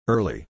Early